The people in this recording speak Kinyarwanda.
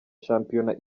shampiyona